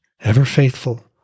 ever-faithful